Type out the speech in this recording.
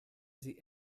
sie